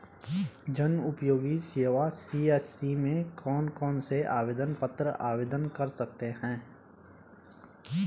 जनउपयोगी सेवा सी.एस.सी में कौन कौनसे आवेदन पत्र आवेदन कर सकते हैं?